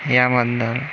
या बद्दल